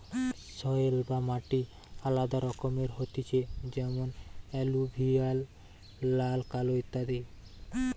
soil বা মাটি আলাদা রকমের হতিছে যেমন এলুভিয়াল, লাল, কালো ইত্যাদি